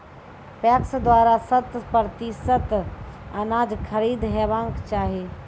PACS द्वारा शत प्रतिसत अनाज खरीद हेवाक चाही?